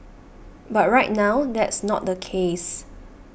but right now that's not the case